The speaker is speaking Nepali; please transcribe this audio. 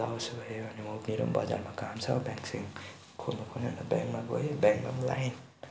ल उसो भए भन्यो म मेरो पनि बजारमा काम छ ब्याङ्कस्याङ्क खोल्नु पर्यो भनेर ब्याङ्कमा गएँ ब्याङ्कमा पनि लाइन